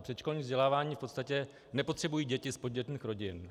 Předškolní vzdělávání v podstatě nepotřebují děti z podnětných rodin.